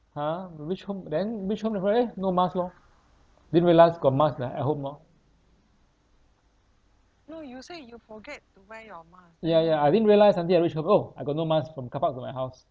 !huh! reach home then reach home that time eh no mask lor didn't realise got mask like at home lor ya ya I didn't realise until I reach my home I got no mask from car park to my house